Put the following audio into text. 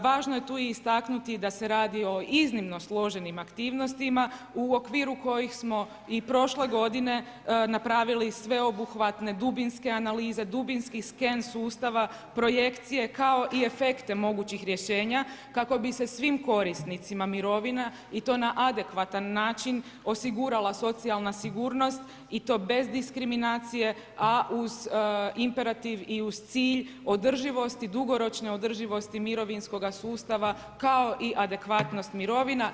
Važno je tu i istaknuti da se radi o iznimno složenim aktivnostima u okviru kojih smo i prošle godine napravili sveobuhvatne dubinske analize, dubinski scan sustava, projekcije, kao i efekte mogućih rješenja, kako bi se svim korisnicima mirovina i to na adekvatan način osigurala socijalna sigurnost i to bez diskriminacije, a uz imperativ i uz cilj održivosti, dugoročne održivosti mirovinskoga sustava, kao i adekvatnost mirovina.